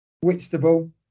Whitstable